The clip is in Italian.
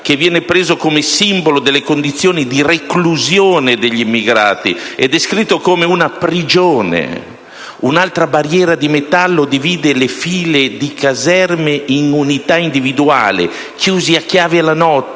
che viene preso a simbolo delle condizioni di reclusione degli immigrati e descritto come una prigione: «Un'alta barriera di metallo divide le file di caserme in unità individuali, chiuse a chiave la notte,